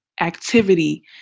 activity